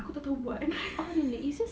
aku tak tahu buat